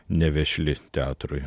nevešli teatrui